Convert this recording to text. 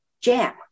jam